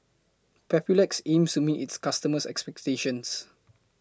Papulex aims to meet its customers' expectations